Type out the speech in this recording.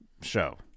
show